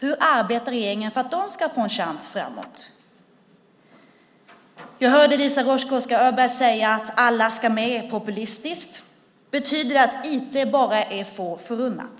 Hur arbetar regeringen för att de ska få en chans framåt? Jag hörde Eliza Roszkowska Öberg säga att "alla ska med" är populistiskt. Betyder det att IT bara är få förunnat?